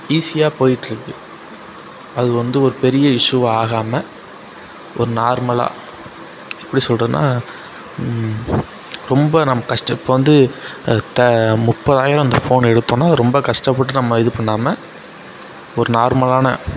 ஈஸியாக போய்ட்டு இருக்குது அது வந்து ஒரு பெரிய இஸ்யூவாக ஆகாமல் ஒரு நார்மலாக எப்படி சொல்கிறதுன்னா ரொம்ப கஷ்டம் இப்போ வந்து முப்பதாயிரம் அந்த ஃபோன் எடுத்தோம்னா அது ரொம்ப கஷ்டப்பட்டு நம்ம இது பண்ணாமல் ஒரு நார்மலான